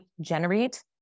generate